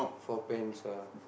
four pans ah